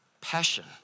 passion